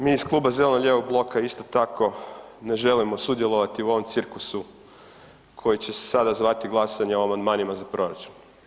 Mi iz Kluba zeleno-lijevog bloka isto tako ne želimo sudjelovati u ovom cirkusu koji će se sada zvati „glasanje o amandmanima za proračun“